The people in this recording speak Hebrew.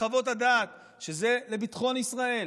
חוות הדעת שזה לביטחון ישראל,